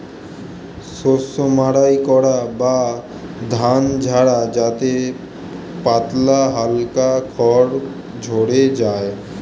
শস্য মাড়াই করা বা ধান ঝাড়া যাতে পাতলা হালকা খড় ঝড়ে যায়